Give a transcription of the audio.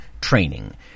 training